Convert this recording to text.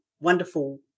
wonderful